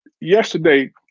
yesterday